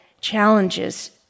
challenges